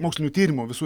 mokslinių tyrimų visų